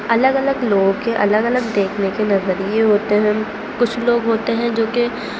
الگ الگ لوگوں کے الگ دیکھنے کے نظریے ہوتے ہیں کچھ لوگ ہوتے ہیں جو کہ